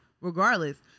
regardless